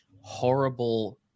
horrible